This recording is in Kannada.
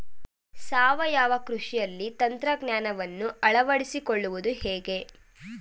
ಸಾವಯವ ಕೃಷಿಯಲ್ಲಿ ತಂತ್ರಜ್ಞಾನವನ್ನು ಅಳವಡಿಸಿಕೊಳ್ಳುವುದು ಹೇಗೆ?